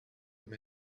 him